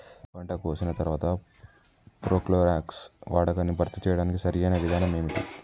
పంట కోసిన తర్వాత ప్రోక్లోరాక్స్ వాడకాన్ని భర్తీ చేయడానికి సరియైన విధానం ఏమిటి?